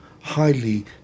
highly